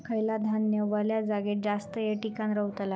खयला धान्य वल्या जागेत जास्त येळ टिकान रवतला?